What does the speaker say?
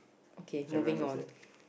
okay moving on